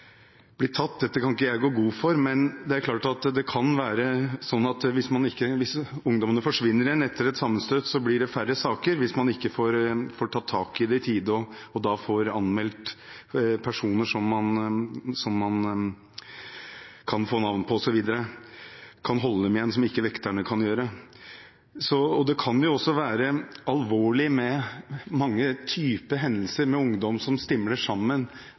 tatt. Dette kan ikke jeg gå god for, men det er klart at det kan være sånn at hvis ungdommene forsvinner igjen etter et sammenstøt, blir det færre saker – hvis man ikke får tatt tak i det i tide, får anmeldt personer som man kan få navn på, osv. Politiet kan holde dem igjen, noe vekterne ikke kan gjøre. Det kan også være mange typer alvorlige hendelser med ungdommer som stimler sammen,